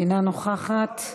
אינה נוכחת.